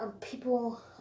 people